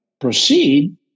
proceed